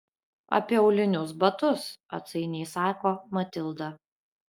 apie aulinius batus atsainiai sako matilda